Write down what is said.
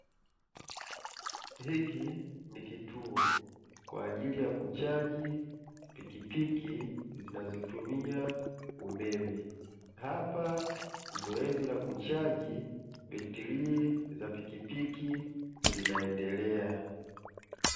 Hiki ni kituo kwa ajili ya kuchaji pikipiki zinazotumia umeme, hapa zoezi la kuchaji betri za pikipiki linaendelea.